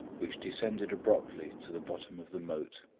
which descended abruptly to the bottom of the moat.